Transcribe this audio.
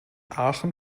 aachen